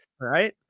Right